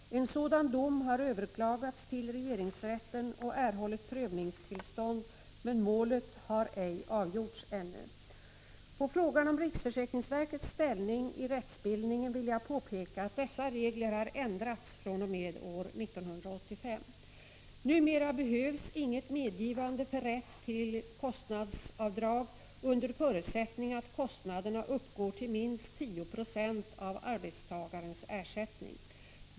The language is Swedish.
En sådan dom har överklagats till regeringsrätten och erhållit prövningstillstånd men målet har ej avgjorts ännu. På frågan om riksförsäkringsverkets ställning i rättsbildningen vill jag påpeka att dessa regler har ändrats fr.o.m. år 1985. Numera behövs inget medgivande för rätt till kostnadsavdrag under förutsättning att kostnaderna uppgår till minst 10 Zo av arbetstagarens ersättning.